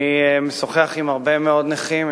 אני משוחח עם הרבה מאוד נכים,